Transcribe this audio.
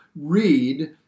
Read